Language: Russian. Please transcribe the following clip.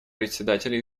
председателя